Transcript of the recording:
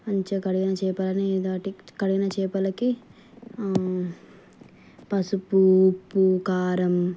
మంచిగా కడిగిన చేపలని దాటి కడిగిన చేపలకి పసుపు ఉప్పు కారం